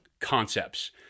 concepts